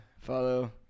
follow